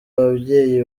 ababyeyi